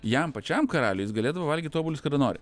jam pačiam karaliui jis galėdavo valgyt obuolius kada nori